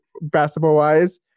basketball-wise